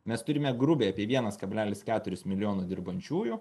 mes turime grubiai apie vienas kablelis keturis milijono dirbančiųjų